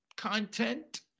Content